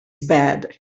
bad